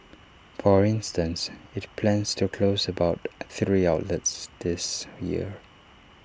for instance IT plans to close about three outlets this year